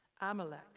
Amalek